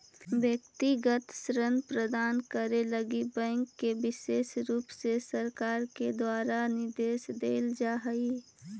व्यक्तिगत ऋण प्रदान करे लगी बैंक के विशेष रुप से सरकार के द्वारा निर्देश देल जा हई